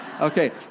Okay